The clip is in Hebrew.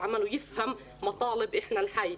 שאינו מבין את השפה יבנה תוכנית עבודה ויבין את הצרכים שלנו.